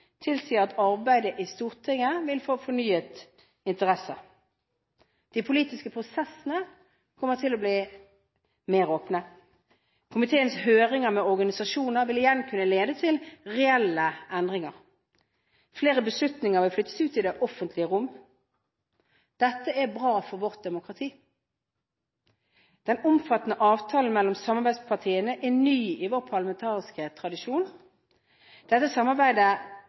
tilsier at arbeidet i Stortinget vil få fornyet interesse. De politiske prosessene kommer til å bli mer åpne. Komiteenes høringer med organisasjoner vil igjen kunne lede til reelle endringer. Flere beslutninger vil flyttes ut i det offentlige rom. Dette er bra for vårt demokrati. Den omfattende avtalen mellom samarbeidspartiene er ny i vår parlamentariske tradisjon.